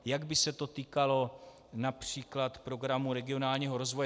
Jak by se to týkalo např. programu regionálního rozvoje?